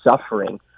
suffering